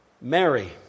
Mary